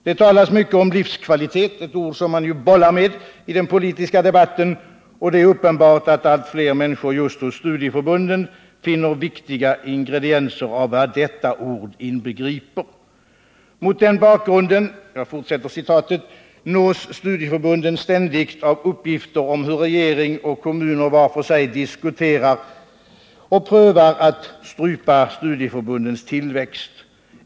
Det talas mycket om livskvalitet — ett ord som man bollar med i den politiska debatten — och det är uppenbart att allt fler människor just hos studieförbunden finner viktiga ingredienser av vad detta ord inbegriper. Mot den bakgrunden nås studieförbunden ständigt av uppgifter om hur regering och kommuner var för sig diskuterar och prövar att strypa studieförbundens tillväxt.